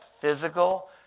Physical